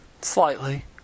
slightly